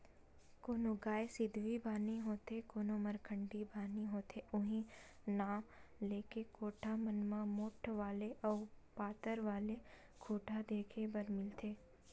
कोनो गाय सिधवी बानी होथे कोनो मरखंडी बानी होथे उहीं नांव लेके कोठा मन म मोठ्ठ वाले अउ पातर वाले खूटा देखे बर मिलथे